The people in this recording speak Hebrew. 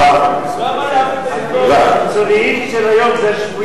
לא שמעת מה שאני רוצה להגיד ואתה מפריע לי.